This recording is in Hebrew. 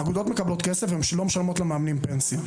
אגודות מקבלות כסף ולא משלמות למאמנים פנסיה.